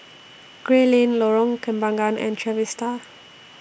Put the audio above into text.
Gray Lane Lorong Kembagan and Trevista